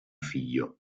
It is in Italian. figlio